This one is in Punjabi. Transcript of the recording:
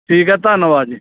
ਠੀਕ ਹੈ ਧੰਨਵਾਦ ਜੀ